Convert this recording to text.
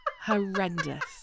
Horrendous